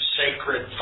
sacred